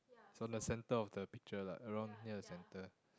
it's on the center of the picture like around here the center